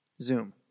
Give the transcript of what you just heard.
zoom